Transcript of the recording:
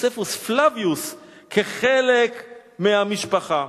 יוספוס פלביוס, כחלק מהמשפחה.